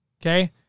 Okay